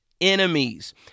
enemies